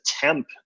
temp